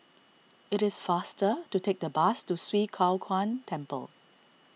it is faster to take the bus to Swee Kow Kuan Temple